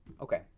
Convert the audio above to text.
Okay